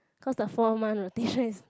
cause the four month rotations is